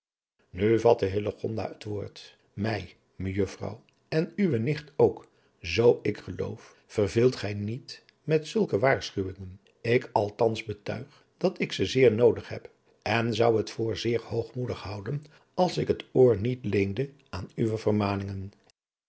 nu vatte hillegonda het woord mij mejuffrouw en uwe nicht ook zoo ik geloof verveelt gij niet met zulke waarschuwingen ik althans betuig dat ik ze zeer nodig heb en zou het voor zeer hoogmoedig houden als ik het oor niet leende aan uwe